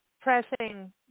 pressing